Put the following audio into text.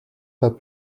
pas